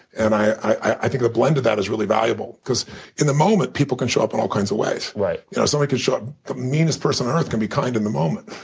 and i i think the blend of that is really valuable because in the moment, people can show up in all kinds of ways. you know somebody could show up the meanest person on earth can be kind in the moment.